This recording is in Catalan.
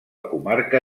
comarca